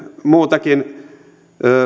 muutakin